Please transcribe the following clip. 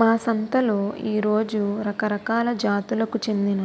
మా సంతలో ఈ రోజు రకరకాల జాతులకు చెందిన